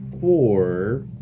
four